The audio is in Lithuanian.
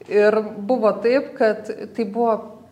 ir buvo taip kad tai buvo